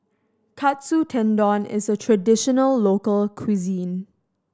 Katsu Tendon is a traditional local cuisine